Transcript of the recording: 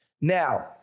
Now